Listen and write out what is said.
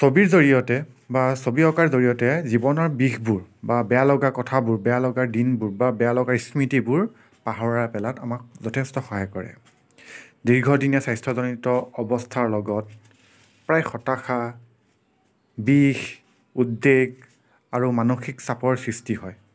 ছবিৰ জৰিয়তে বা ছবি অঁকাৰ জৰিয়তে জীৱনৰ বিষবোৰ বা বেয়া লগা কথাবোৰ বেয়া লগা দিনবোৰ বা বেয়া লগা স্মৃতিবোৰ পাহৰাই পেলোৱাত আমাক যথেষ্ট সহায় কৰে দীৰ্ঘদিনীয়া স্বাস্থ্য়জনিত অৱস্থাৰ লগত প্ৰায় হতাশা বিষ উদ্দেক আৰু মানসিক চাপৰ সৃষ্টি হয়